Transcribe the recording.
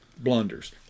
blunders